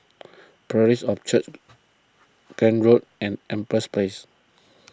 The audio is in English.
Parish of Christ Road and Empress Place